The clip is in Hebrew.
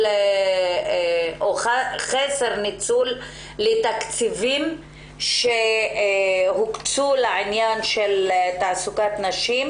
מחוסר ניצול של תקציבים שהוקצו לתעסוקת נשים.